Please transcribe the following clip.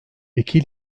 i̇ki